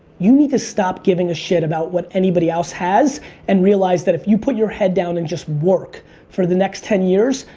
you need to stop giving a shit about what anybody else has and realize that if you put your head down and just work for the next ten years,